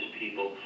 people